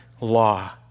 law